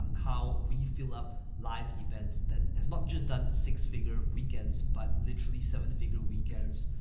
um how we fill up live events that has not just done six-figure weekends but literally seven-figure weekends.